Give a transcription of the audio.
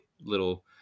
little